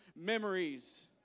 memories